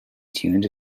tuned